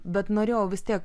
bet norėjau vis tiek